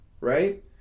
right